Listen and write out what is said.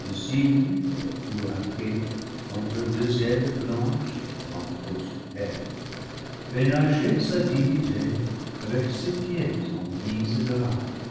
le cygne au cou ar qué entre deux ailes blanches manteau superbe fait nager sa dignité avec ses pieds en guise de rames